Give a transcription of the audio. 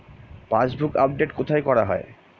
Passbook update কোথায় করা হয়?